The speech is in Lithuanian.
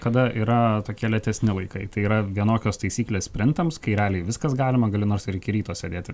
kada yra tokie lėtesni laikai tai yra vienokios taisyklės sprintams kai realiai viskas galima gali nors ir iki ryto sėdėti